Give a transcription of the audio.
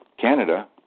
Canada